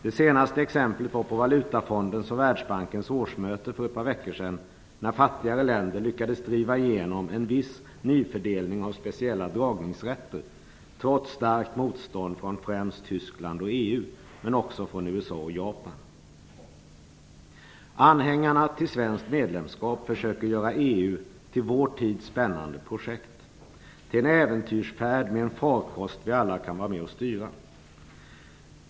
Det senaste exemplet är hämtat från Valutafondens och Världsbankens årsmöte för ett par veckor sedan. Då lyckades fattigare länder driva igenom en viss nyfördelning av speciella dragningsrätter, trots ett starkt motstånd från främst Tyskland och EU men också från USA och Japan. Anhängarna till ett svenskt medlemskap försöker göra EU till vår tids mest spännande projekt, till en äventyrsfärd med en farkost som vi alla kan vara med och styra.